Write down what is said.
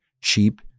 cheap